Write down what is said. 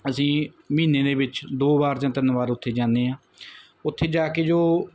ਅਸੀਂ ਮਹੀਨੇ ਦੇ ਵਿੱਚ ਦੋ ਵਾਰ ਜਾਂ ਤਿੰਨ ਵਾਰ ਉੱਥੇ ਜਾਂਦੇ ਹਾਂ ਉੱਥੇ ਜਾ ਕੇ ਜੋ